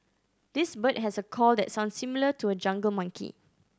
this bird has a call that sounds similar to a jungle monkey